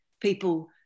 people